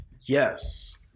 Yes